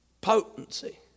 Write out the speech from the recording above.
potency